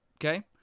Okay